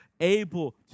able